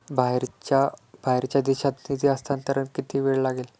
बाहेरच्या देशात निधी हस्तांतरणास किती वेळ लागेल?